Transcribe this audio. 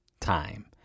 time